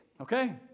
Okay